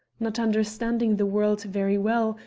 not understanding the world very well,